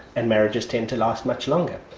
and marriages tend to last much longer.